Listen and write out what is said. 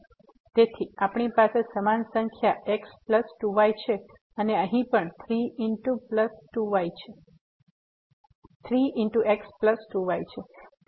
તેથી આપણી પાસે સમાન સંખ્યા x પ્લસ 2 y છે અને અહીં પણ 3 ગુણ્યા x પ્લસ 2 y છે